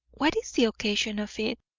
what is the occasion of it?